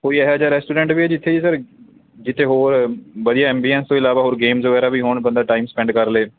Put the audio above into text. ਕੋਈ ਇਹੋ ਜਿਹਾ ਰੈਸਟੋਰੈਂਟ ਵੀ ਹੈ ਜਿੱਥੇ ਜੇ ਸਰ ਜਿੱਥੇ ਹੋਰ ਵਧੀਆ ਐਮਬੀਐਂਸ ਤੋਂ ਇਲਾਵਾ ਹੋਰ ਗੇਮਸ ਵਗੈਰਾ ਵੀ ਹੋਣ ਬੰਦਾ ਟਾਈਮ ਸਪੈਂਡ ਕਰ ਲਏ